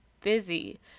busy